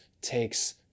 takes